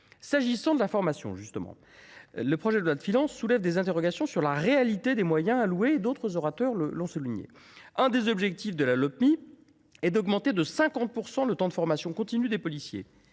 S’agissant de la formation, justement, le projet de loi de finances soulève des interrogations sur la réalité des moyens alloués, comme d’autres orateurs l’ont souligné. Un des objectifs de la Lopmi est d’augmenter de 50 % le temps de formation continue des policiers.